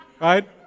Right